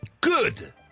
Good